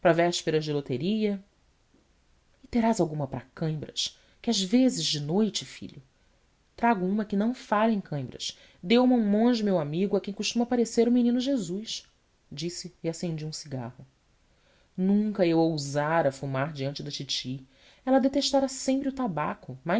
vésperas de loteria e terás alguma para cãibras que eu às vezes de noite filho trago uma que não falha em cãibras deu ma um monge meu amigo a quem costuma aparecer o menino jesus disse e acendi um cigarro nunca eu ousara fumar diante da titi ela detestara sempre o tabaco